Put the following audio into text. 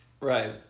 Right